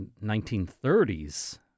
1930s